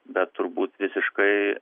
bet turbūt visiškai